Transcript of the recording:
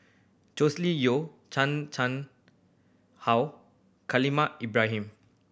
Joscelin Yeo Chan Chang How Khalil Ibrahim